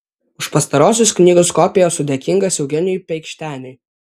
už pastarosios knygos kopiją esu dėkingas eugenijui peikšteniui